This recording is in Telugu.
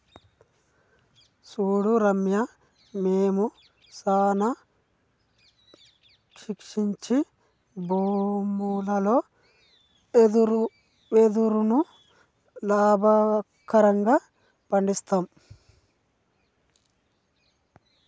సూడు రామయ్య మేము సానా క్షీణించి భూములలో వెదురును లాభకరంగా పండిస్తాము